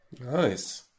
Nice